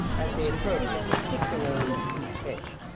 as they approached a particularly steep pitch.